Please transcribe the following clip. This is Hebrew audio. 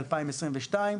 2022,